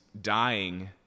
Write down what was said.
dying